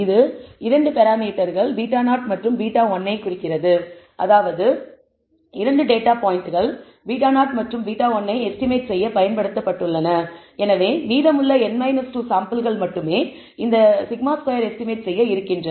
இது 2 பராமீட்டர்கள் β0 மற்றும் β1 ஐக் குறிக்கிறது அதாவது 2 டேட்டா பாயிண்டுகள் β0 மற்றும் β1 ஐ எஸ்டிமேட் செய்ய பயன்படுத்தப்பட்டுள்ளன எனவே மீதமுள்ள n 2 சாம்பிள்கள் மட்டுமே இந்த σ2 எஸ்டிமேட் செய்ய இருக்கின்றன